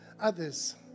others